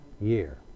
year